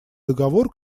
договор